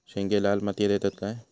शेंगे लाल मातीयेत येतत काय?